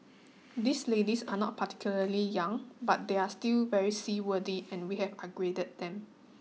these ladies are not particularly young but they are still very seaworthy and we have upgraded them